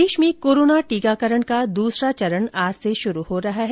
प्रदेश में कोरोना टीकाकरण का दूसरा चरण आज से शुरू हो रहा है